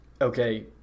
okay